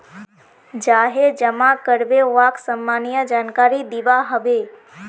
जाहें जमा कारबे वाक सामान्य जानकारी दिबा हबे